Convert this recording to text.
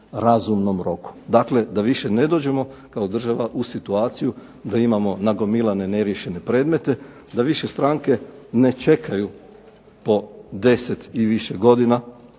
razumnom roku. Dakle, da više ne dođemo kao država u situaciju da imamo nagomilane neriješene predmete, da više stranke ne čekaju po deset i više godina